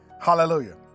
Hallelujah